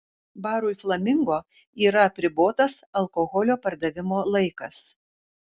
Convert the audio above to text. barui flamingo yra apribotas alkoholio pardavimo laikas